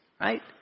right